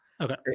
okay